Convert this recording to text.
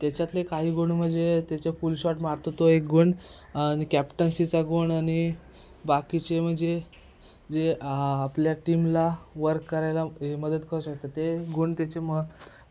त्याच्यातले काही गुण म्हणजे त्याचे पुल शॉट मारतो तो एक गुण आणि कॅप्टन्सीचा गुण आणि बाकीचे म्हणजे जे आपल्या टीमला वर्क करायला हे मदत करू शकतं ते गुण त्याचे मग